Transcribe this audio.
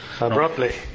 Abruptly